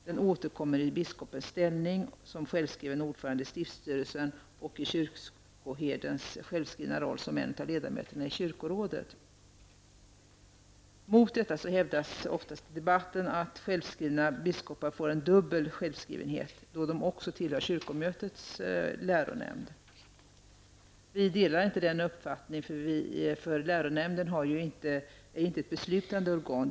Den återkommer i biskopens ställning som självskriven ordförande i stiftstyrelsen och i kyrkoherdens självskrivna roll som en av ledamöterna i kyrkorådet. Mot detta hävdas det ofta i debatten att självskrivna biskopar får en dubbel självskrivenhet, då de också tillhör kyrkomötets läronämnd. Vi delar inte denna uppfattning. Läronämnden är nämligen inte ett besutande organ.